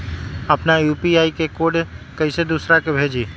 अपना यू.पी.आई के कोड कईसे दूसरा के भेजी?